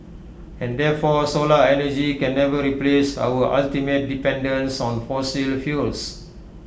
and therefore solar energy can never replace our ultimate dependence on fossil fuels